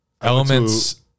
Elements